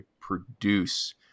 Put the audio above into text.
produce